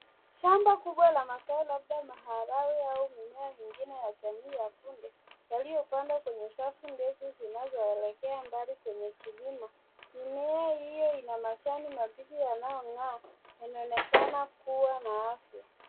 Shamba kubwa la mazao labda maharagwe au mimea mingine ya jamii ya kunde yaliyopandwa kwenye safu ndefu zinazoelekea mbali kwenye kilima. Mimea hiyo ina majani mabichi yanayong'aa na inaonekana kuwa na afya.